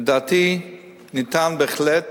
לדעתי ניתן בהחלט